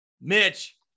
Mitch